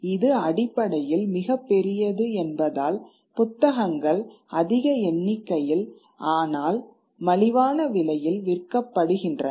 இது அடிப்படையில் மிகப் பெரியது என்பதால் புத்தகங்கள் அதிக எண்ணிக்கையில்ஆனால் மலிவான விலையில் விற்கப்படுகின்றன